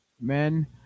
men